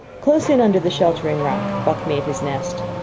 close in under the sheltering rock buck made his nest.